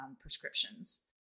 prescriptions